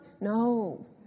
No